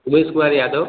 Umesh Kumar Yadav